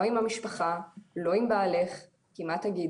לא עם המשפחה, לא עם בעלך, כי מה תגידי?